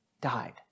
died